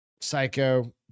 psycho